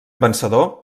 vencedor